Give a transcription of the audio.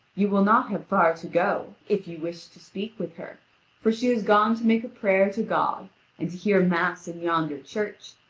you will not have far to go, if you wish to speak with her for she has gone to make prayer to god and to hear mass in yonder church,